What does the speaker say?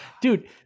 dude